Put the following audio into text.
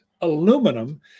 Aluminum